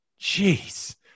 Jeez